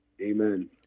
Amen